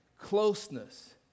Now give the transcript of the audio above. closeness